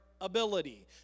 ability